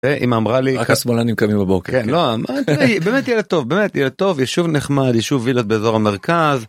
אמא אמרה לי רק השמאלנים קמים בבוקר לא באמת ילד טוב באמת ילד טוב יישוב נחמד יישוב ווילות באזור המרכז.